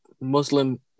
Muslim